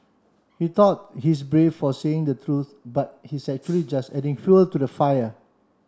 he thought he's brave for saying the truth but he's actually just adding fuel to the fire